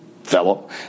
Fellow